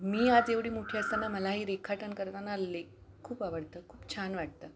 मी आज एवढी मोठी असताना मला ही रेखाटन करताना लेख खूप आवडतं खूप छान वाटतं